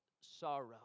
sorrow